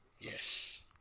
Yes